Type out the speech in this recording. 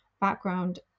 background